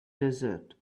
desert